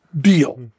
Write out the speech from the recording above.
Deal